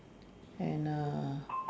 and err